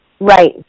Right